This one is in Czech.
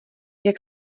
jak